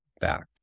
back